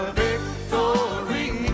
victory